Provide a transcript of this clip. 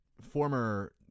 former